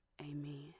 amen